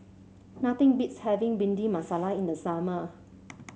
nothing beats having Bhindi Masala in the summer